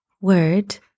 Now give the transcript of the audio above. word